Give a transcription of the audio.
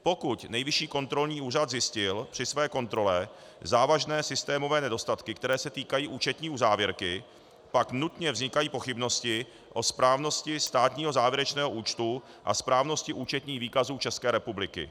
Pokud Nejvyšší kontrolní úřad zjistil při své kontrole závažné systémové nedostatky, které se týkají účetní uzávěrky, pak nutně vznikají pochybnosti o správnosti státního závěrečného účtu a správnosti účetních výkazů České republiky.